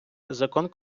закон